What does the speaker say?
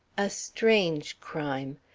a strange crime!